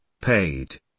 paid